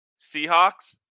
Seahawks